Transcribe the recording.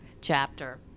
chapter